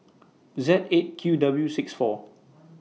Z eight Q W six four